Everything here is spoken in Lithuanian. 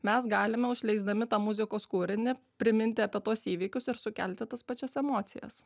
mes galime užleisdami tą muzikos kūrinį priminti apie tuos įvykius ir sukelti tas pačias emocijas